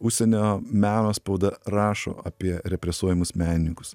užsienio meno spauda rašo apie represuojamus menininkus